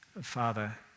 Father